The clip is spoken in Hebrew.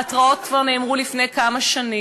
ההתרעות כבר נאמרו לפני כמה שנים,